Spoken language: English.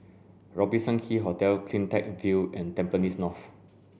Robertson Quay Hotel CleanTech View and Tampines North